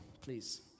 Please